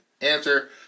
Answer